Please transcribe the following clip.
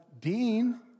Dean